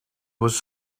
was